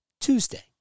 Tuesday